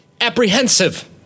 Apprehensive